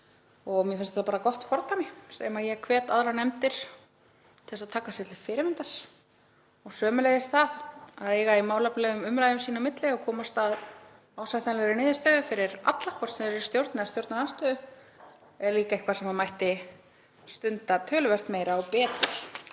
Mér finnst þetta gott fordæmi sem ég hvet aðrar nefndir til að taka sér til fyrirmyndar. Sömuleiðis er það að eiga í málefnalegum umræðum sín á milli og komast að ásættanlegri niðurstöðu fyrir alla, hvort sem þeir eru í stjórn eða stjórnarandstöðu, líka eitthvað sem mætti stunda töluvert meira og betur